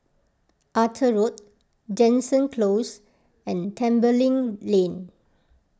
Arthur Road Jansen Close and Tembeling Lane